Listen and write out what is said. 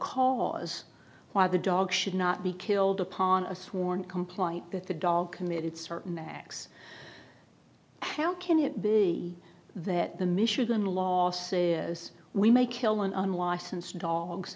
cause why the dog should not be killed upon a sworn complaint that the dog committed certain acts how can it be that the michigan law says we may kill an unlicensed dogs